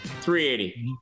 380